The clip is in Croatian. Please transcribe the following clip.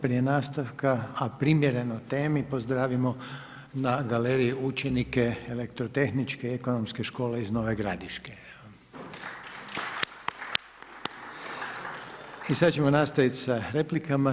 Prije nastavka, a primjereno temi pozdravimo na galeriji učenike Elektrotehničke i ekonomske škole iz Nove Gradiške. I sada ćemo nastaviti sa replikama.